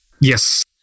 yes